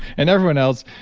and everyone else,